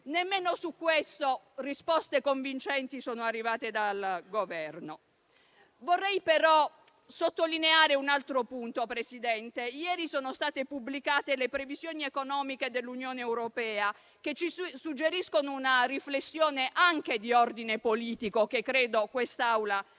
sono arrivate risposte convincenti dal Governo. Vorrei però sottolineare un altro punto. Ieri sono state pubblicate le previsioni economiche dell'Unione europea, che ci suggeriscono una riflessione anche di ordine politico che credo quest'Aula debba